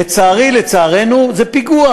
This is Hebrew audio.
לצערי, לצערנו, זה פיגוע.